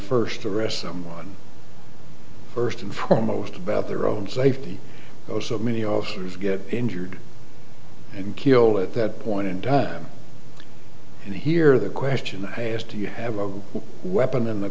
first arrest someone first and foremost about their own safety oh so many officers get injured and killed at that point in time and here the question is do you have a weapon in the